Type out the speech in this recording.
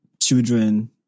children